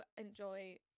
enjoy